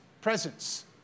presence